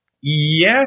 Yes